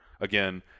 again